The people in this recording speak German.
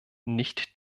nicht